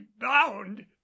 bound